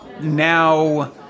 now